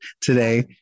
today